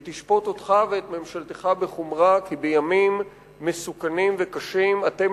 היא תשפוט אותך ואת ממשלתך בחומרה כי בימים מסוכנים וקשים אתם